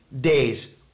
days